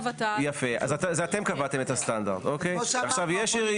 יפה, אז אתם קבעתם את הסטנדרט, בסדר?